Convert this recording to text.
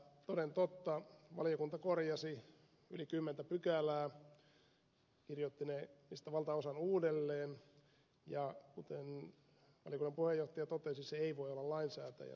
toden totta valiokunta korjasi yli kymmentä pykälää kirjoitti niistä valtaosan uudelleen ja kuten valiokunnan puheenjohtaja totesi se ei voi olla lainsäätäjän tehtävä